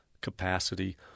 capacity